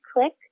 click